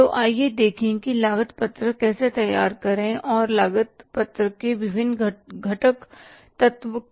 तो आइए देखें कि लागत पत्रक कैसे तैयार करें और लागत पत्रक के विभिन्न घटक तत्व क्या हैं